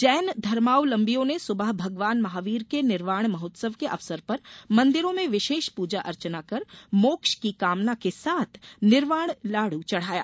जैन धर्मावलंबियों ने सुबह भगवान महावीर के निर्वाण महोत्सव के अवसर पर मंदिरों में विशेष पूर्जा अर्चना कर मोक्ष की कामना के साथ निर्वाण लाडू चढ़ाया